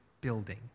building